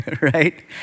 right